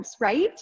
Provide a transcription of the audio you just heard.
right